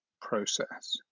process